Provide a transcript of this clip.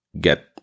get